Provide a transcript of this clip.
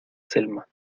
selma